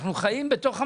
אנחנו חיים בתוך עמנו,